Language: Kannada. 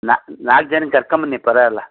ನಾ ನಾಲ್ಕು ಜನನ್ನ ಕರ್ಕೊಂಬನ್ನಿ ಪರವಾಗಿಲ್ಲ